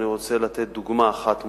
אני רוצה לתת דוגמה אחת מובהקת: